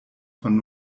von